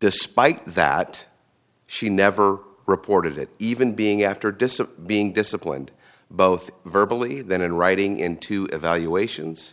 despite that she never reported it even being after disappear being disciplined both verbally then in writing into evaluations